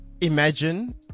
imagine